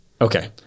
Okay